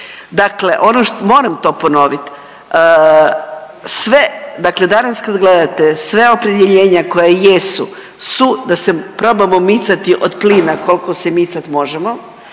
Dakle, ono što, moram to ponovit, sve dakle danas kad gledate sve opredjeljenja koja jesu su da se probamo micati od plina koliko se micati možemo,